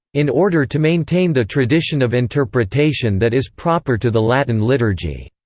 in order to maintain the tradition of interpretation that is proper to the latin liturgy.